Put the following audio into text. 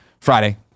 Friday